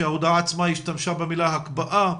שההודעה עצמה השתמשה במילה 'הקפאה'